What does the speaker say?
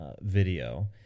video